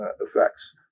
effects